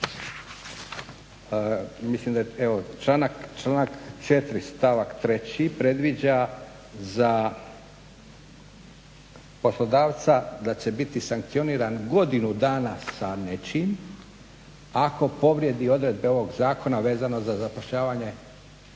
mislim da je evo članak 4. stavak 3. predviđa za poslodavca da će biti sankcioniran godinu dana sa nečim ako povrijedi odredbe ovog zakona vezano za zapošljavanje